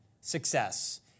success